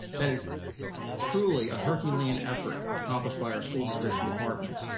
that is truly a herculean effort accomplished by our school nutrition department,